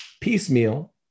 piecemeal